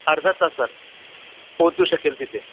अर्धा तासात पोहोचू शकेल तिथे